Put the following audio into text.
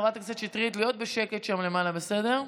חברת הכנסת שטרית, להיות בשקט שם למעלה, בסדר?